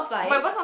my boss not